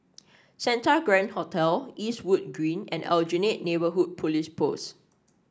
Santa Grand Hotel Eastwood Green and Aljunied Neighbourhood Police Post